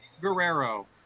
Guerrero